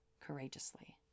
courageously